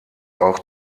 auch